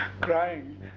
crying